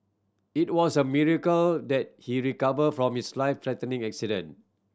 it was a miracle that he recover from his life threatening accident